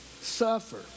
suffer